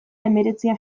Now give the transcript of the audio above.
hemeretzian